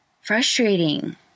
frustrating